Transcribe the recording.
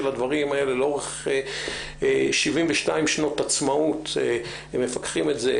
הדברים האלה לאורך 72 שנות עצמאות ומפקחים על זה?